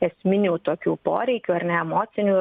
esminių tokių poreikių ar ne emocinių